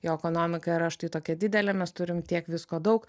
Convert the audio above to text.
jo ekonomika yra štai tokia didelė mes turim tiek visko daug